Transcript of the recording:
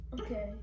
Okay